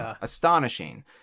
astonishing